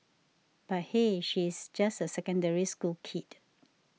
but hey she's just a Secondary School kid